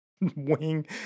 wing